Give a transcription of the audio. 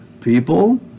people